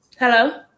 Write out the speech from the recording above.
Hello